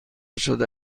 شده